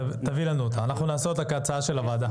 תביא לנו, נעשה אותה הצעה של הוועדה.